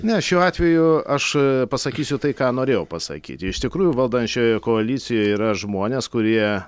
ne šiuo atveju aš pasakysiu tai ką norėjau pasakyti iš tikrųjų valdančiojoj koalicijoj yra žmonės kurie